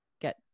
get